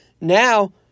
now